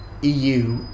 EU